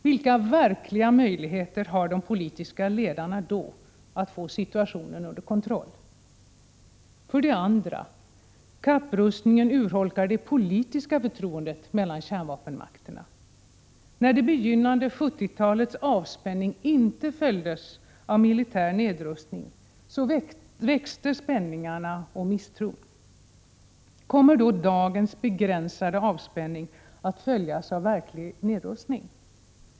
Vilka verkliga möjligheter har de politiska ledarna då att få situationen under kontroll? För det andra: Kapprustningen urholkar det politiska förtroendet mellan kärnvapenmakterna. När det begynnande 1970-talets avspänning inte följdes av militär nedrustning, växte spänningarna och misstron. Kommer då dagens begränsade avspänning att följas av verklig nedrustning?